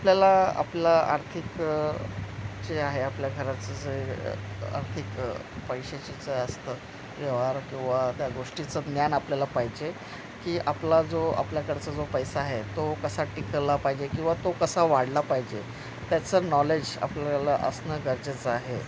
आपल्याला आपला आर्थिक जे आहे आपल्या घराचं जे आर्थिक पैशाचेचं असत व्यवहार किंवा त्या गोष्टीचं ज्ञान आपल्याला पाहिजे की आपला जो आपल्याकडचा जो पैसा हा तो कसा टिकला पाहिजे किंवा तो कसा वाढला पाहिजे त्याचं नॉलेज आपल्याला असणं गरजेचं आहे